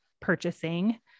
purchasing